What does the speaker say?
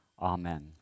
Amen